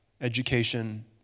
education